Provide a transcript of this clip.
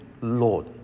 Lord